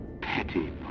petty